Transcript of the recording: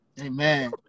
Amen